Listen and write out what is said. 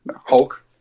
Hulk